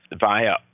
via